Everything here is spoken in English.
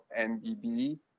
MBB